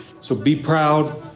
so be proud.